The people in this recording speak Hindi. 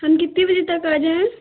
हम कितने बजे तक आ जाएँ